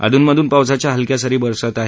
अधून मधून पावसाच्या हलक्या सरी बरसत आहेत